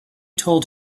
told